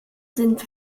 sind